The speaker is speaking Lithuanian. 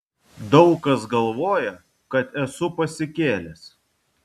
daug kas galvoja kad esu pasikėlęs